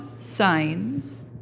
signs